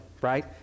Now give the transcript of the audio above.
right